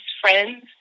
friends